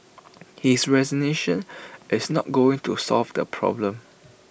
his resignation is not going to solve the problem